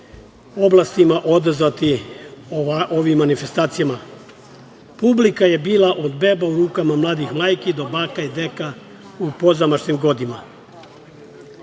oblastima odazvati ovim manifestacijama. Publika je bila od beba u rukama mladih majki do baka i deka u pozamašnim